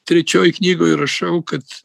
trečioj knygoj rašau kad